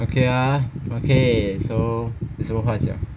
okay ah okay 有什么话讲